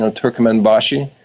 ah turkmenbasy.